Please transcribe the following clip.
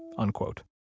unquote